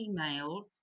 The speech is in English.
emails